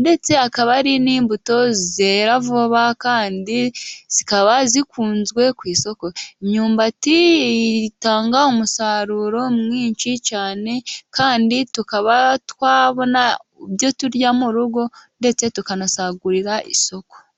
ndetse akaba ari n'imbuto zera vuba, kandi zikaba zikunzwe ku isoko. Imyumbati itanga umusaruro mwinshi cyane, kandi tukaba twabona ibyo turya mu rugo ndetse tukanasagurira isoko.